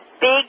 big